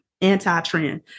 anti-trend